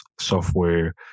software